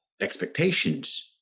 Expectations